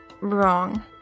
Wrong